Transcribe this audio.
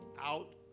out